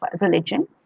religion